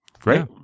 Great